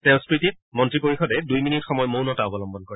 তেওঁৰ স্মৃতিত মন্ত্ৰী পৰিষদে দুই মিনিট সময় মৌনতা অৱলম্বন কৰে